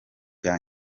bya